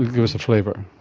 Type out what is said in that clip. us a flavour.